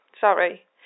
Sorry